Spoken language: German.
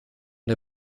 der